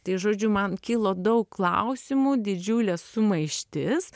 tai žodžiu man kilo daug klausimų didžiulė sumaištis